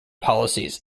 policies